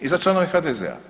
I za članove HDZ-a.